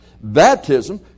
Baptism